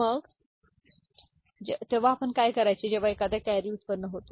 मग तेव्हा आपण काय करायचे जेव्हा एखादे कॅरी उत्पन्न होते